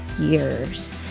years